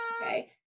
Okay